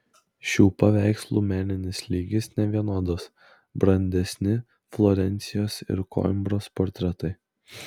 šių paveikslų meninis lygis nevienodas brandesni florencijos ir koimbros portretai